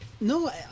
No